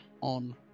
on